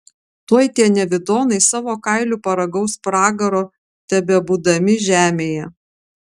tuoj tie nevidonai savo kailiu paragaus pragaro tebebūdami žemėje